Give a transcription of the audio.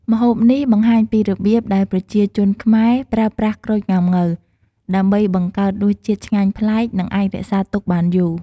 ម្ហូបនេះបង្ហាញពីរបៀបដែលប្រជាជនខ្មែរប្រើប្រាស់ក្រូចងុាំង៉ូវ ដើម្បីបង្កើតរសជាតិឆ្ងាញ់ប្លែក និងអាចរក្សាទុកបានយូរ។